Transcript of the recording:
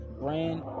brand